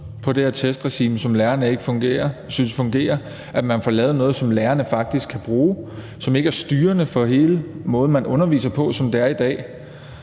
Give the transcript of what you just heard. på det her testregime, som lærerne ikke synes fungerer, men at man får lavet noget, som lærerne faktisk kan bruge, og som ikke er styrende for hele måden, man underviser på, sådan som det er i dag.